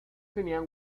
tenían